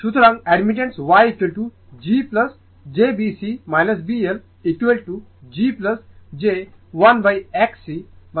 সুতরাং admittance YG j B C B L G j 1XC 1XL